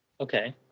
Okay